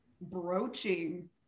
broaching